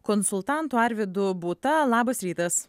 konsultantu arvydu būta labas rytas